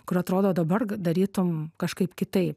kur atrodo dabar darytum kažkaip kitaip